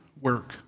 work